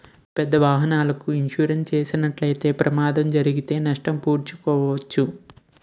పెద్దపెద్ద వాహనాలకు ఇన్సూరెన్స్ చేసినట్లయితే ప్రమాదాలు జరిగితే నష్టం పూడ్చుకోవచ్చు